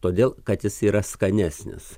todėl kad jis yra skanesnis